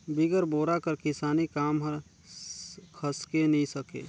बिगर बोरा कर किसानी काम हर खसके नी सके